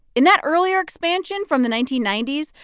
in that earlier expansion from the nineteen ninety s,